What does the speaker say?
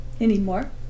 anymore